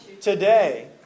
today